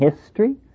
history